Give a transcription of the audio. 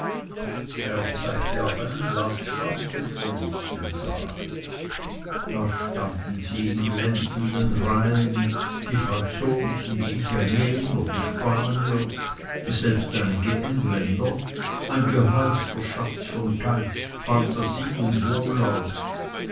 er zeigte auf einen glasschrank und verließ den saal da standen sie in glänzenden reihen die franzosen die italiener die spanier selbst einige engländer ein gehäufter schatz von geist phantasie und wohllaut